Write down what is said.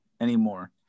anymore